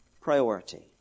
priority